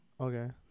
Okay